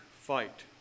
fight